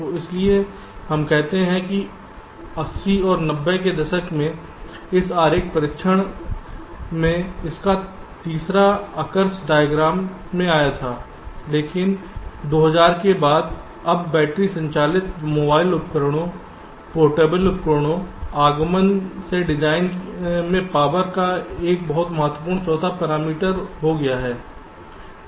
तो इसीलिए हम कहते हैं कि 80 और 90 के दशक में इस आरेख परीक्षण में इसका तीसरा अक्ष डायग्राम में आया था लेकिन 2000 के बाद अब बैटरी संचालित मोबाइल उपकरणों पोर्टेबल उपकरणों आगमन से डिजाइन में पावर एक बहुत महत्वपूर्ण चौथा पैरामीटर हो गया है